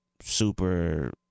super